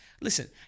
listen